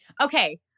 okay